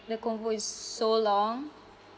the convo~ is s~ so long